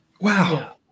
Wow